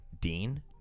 Dean